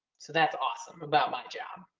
so that's awesome about my job.